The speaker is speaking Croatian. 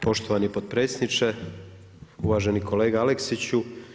Poštovani potpredsjedniče, uvaženi kolega Aleksiću.